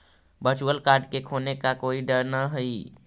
virtual card के खोने का कोई डर न हई